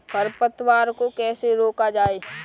खरपतवार को कैसे रोका जाए?